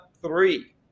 three